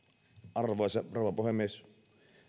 arvoisa rouva puhemies